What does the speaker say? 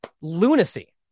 lunacy